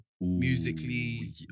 Musically